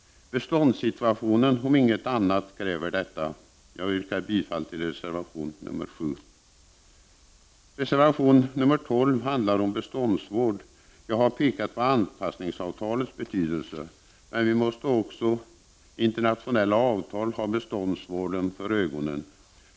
Åtminstone beståndssituationen kräver detta. Jag yrkar bifall till reservation nr 7. Reservation nr 12 handlar om beståndsvård. Jag har pekat på anpassningsavtalets betydelse. Även när det gäller internationella avtal måste vi ha beståndsvården för ögonen.